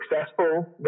successful